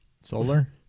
Solar